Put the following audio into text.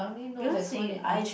because we I